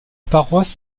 paroisse